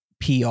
pr